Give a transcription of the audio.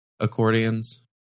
Accordions